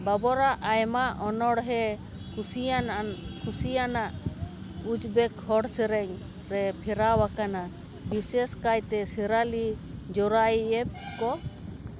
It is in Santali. ᱵᱟᱵᱚᱨᱟᱜ ᱟᱭᱢᱟ ᱚᱱᱚᱬᱦᱮ ᱠᱩᱥᱤᱭᱟᱱ ᱟᱱ ᱠᱩᱥᱤᱭᱟᱱᱟᱜ ᱩᱡᱽᱵᱮᱠ ᱦᱚᱲ ᱥᱮᱨᱮᱧ ᱨᱮ ᱯᱷᱮᱨᱟᱣᱟᱠᱟᱱᱟ ᱵᱤᱥᱮᱥ ᱠᱟᱭᱛᱮ ᱥᱮᱨᱟᱞᱤ ᱡᱳᱨᱟᱭᱮᱵᱷ ᱠᱚ